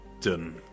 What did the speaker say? done